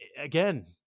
again